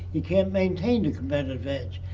you can't maintain the competitive edge.